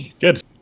Good